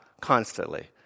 constantly